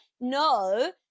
No